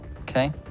Okay